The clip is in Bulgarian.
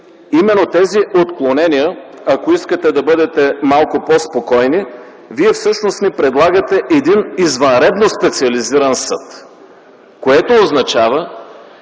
именно тези отклонения, ако искате да бъдете малко по-спокойни, вие всъщност ни предлагате един извънредно специализиран съд, което означава,